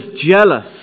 jealous